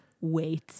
wait